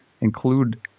include